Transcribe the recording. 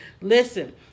Listen